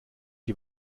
die